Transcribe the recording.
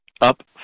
up